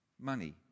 Money